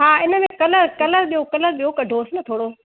हा इनमें colour colour ॾियो कलर ॿियो कढोसि न थोरो